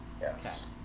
Yes